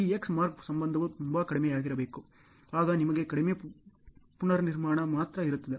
ಈ X mark ಸಂಬಂಧವು ತುಂಬಾ ಕಡಿಮೆಯಾಗಿರಬೇಕು ಆಗ ನಿಮಗೆ ಕಡಿಮೆ ಪುನರ್ನಿರ್ಮಾಣ ಮಾತ್ರ ಇರುತ್ತದೆ